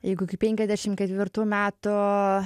jeigu iki penkiasdešimt ketvirtų metų